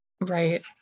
Right